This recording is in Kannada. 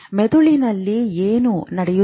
ಮೆದುಳಿನಲ್ಲಿ ಏನು ನಡೆಯುತ್ತಿದೆ